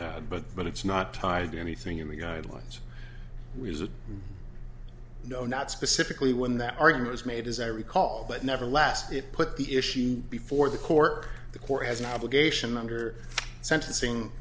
that but but it's not tied to anything in the guidelines which is a no not specifically when that argument is made as i recall but nevertheless it put the issue before the court the court has an obligation under sentencing